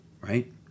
right